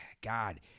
God